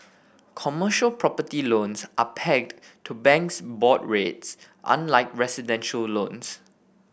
commercial property loans are pegged to banks' board rates unlike residential loans